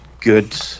good